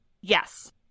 Yes